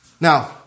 Now